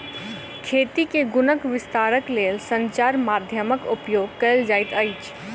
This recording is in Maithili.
खेती के गुणक विस्तारक लेल संचार माध्यमक उपयोग कयल जाइत अछि